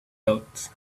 thought